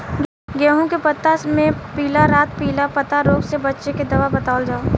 गेहूँ के पता मे पिला रातपिला पतारोग से बचें के दवा बतावल जाव?